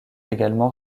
également